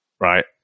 right